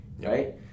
right